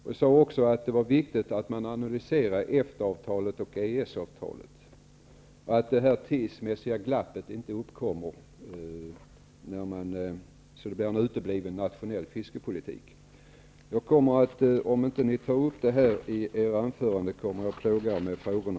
Jag sade också att det var viktigt att man analyserar EFTA-avtalet och EES-avtalet så att det inte uppkommer ett tidsmässigt glapp på så sätt att den nationella fiskepolitiken uteblir. Om ni inte tar upp dessa frågor i era anföranden kommer jag att fortsätta att plåga er med frågorna.